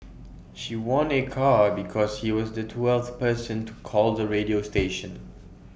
she won A car because she was the twelfth person to call the radio station